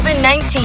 COVID-19